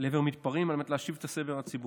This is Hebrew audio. לעבר מתפרעים על מנת להשיב את הסדר הציבורי.